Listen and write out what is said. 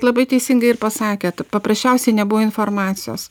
labai teisingai ir pasakėt paprasčiausiai nebuvo informacijos